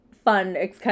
fun